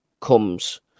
comes